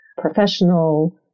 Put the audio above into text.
professional